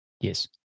Yes